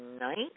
night